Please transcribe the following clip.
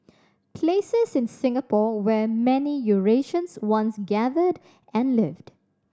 places in Singapore where many Eurasians once gathered and lived